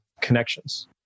connections